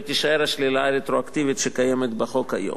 ותישאר השלילה הרטרואקטיבית שקיימת בחוק היום.